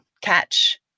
catch